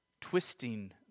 Twisting